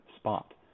spot